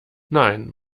nein